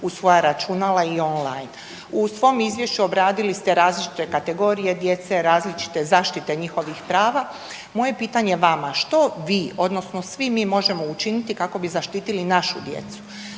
U svom izvješću obradili ste različite kategorije djece, različite zaštite njihovih prava, moje pitanje vama, što vi odnosno svi mi možemo učiniti kako bi zaštitili našu djecu,